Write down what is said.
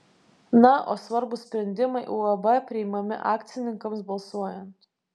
na o svarbūs sprendimai uab priimami akcininkams balsuojant